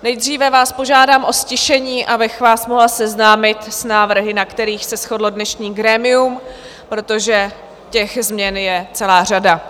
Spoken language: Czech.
Nejdříve vás požádám o ztišení, abych vás mohla seznámit s návrhy, na kterých se shodlo dnešní grémium, protože těch změn je celá řada.